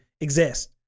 exist